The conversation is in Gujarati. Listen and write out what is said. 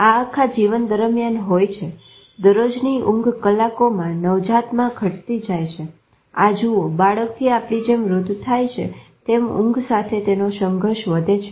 આ આખા જીવન દરમિયાન હોય છે દરરોજની ઊંઘ કલાકોમાં નવજાતમાં ઘટતી જાય છે આ જુઓ બાળકથી આપડી જેમ વૃદ્ધ થાય છી તેમ ઊંઘ સાથે નો સંઘર્ષ વધે છે